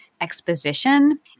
exposition